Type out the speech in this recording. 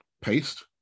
paste